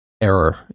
error